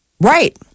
Right